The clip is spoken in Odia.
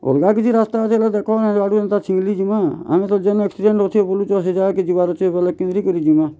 ଅଲ୍ଗା କିଛି ରାସ୍ତା ଅଛେ ଯଦି ଦେଖ ହେଁ ଇୟାଡୁ ଏନ୍ତା ଛିଙ୍ଗ୍ଲି ଜିମା ଆମେ ତ ଜେନ୍ ଆକ୍ସିଡେଣ୍ଟ୍ ଅଛେ ବଲୁଛ ସେ ଜାଗାକେ ଯିବାର୍ ଅଛେ ବେଲେ କିନ୍ଦ୍ରି କରି ଯିମା